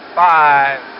five